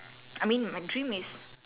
I mean my dream is